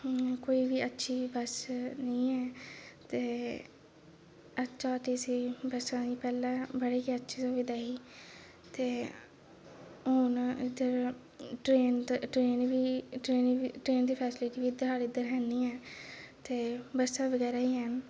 कोई बी अच्छी बस्स निं ऐ ते एसआरटीसी बस्सां दी पैह्लें बड़ी गै अच्छी सुविधा ही ते हून ते ट्रेन दी फेस्लिटी बी साढ़े इद्धर निं ऐ ते बस्सां बगैरा बी हैन